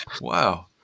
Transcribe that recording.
Wow